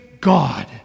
God